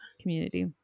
community